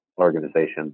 organization